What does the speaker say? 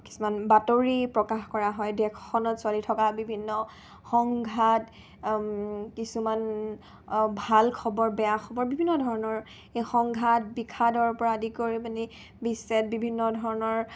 কিছুমান বাতৰি প্ৰকাশ কৰা হয় দেশখনত চলি থকা বিভিন্ন সংঘাত কিছুমান ভাল খবৰ বেয়া খবৰ বিভিন্ন ধৰণৰ এই সংঘাত বিষাদৰ পৰা আদি কৰি মানে বিশ্বত বিভিন্ন ধৰণৰ